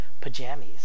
pajamas